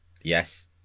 Yes